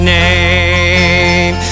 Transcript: name